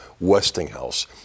Westinghouse